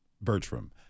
Bertram